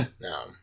No